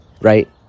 Right